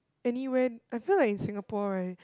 anywhen I feel like in Singapore right